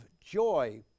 joy